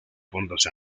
fondos